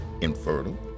infertile